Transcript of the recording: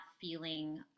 feeling